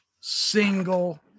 single